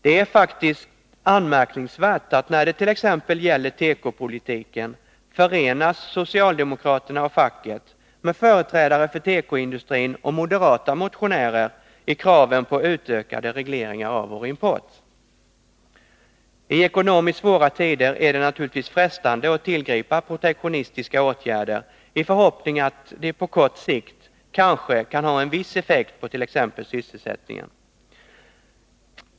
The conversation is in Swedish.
Det är faktiskt anmärkningsvärt att när det t.ex. gäller tekopolitiken förenas socialdemokraterna och facket med företrädare för tekoindustrin och moderata motionärer i kraven på utökade regleringar av vår import. I ekonomiskt svåra tider är det naturligtvis frestande att tillgripa protektionistiska åtgärder i förhoppning om att de på kort sikt kanske kan ha en viss effekt på t.ex. sysselsättningen.